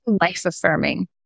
life-affirming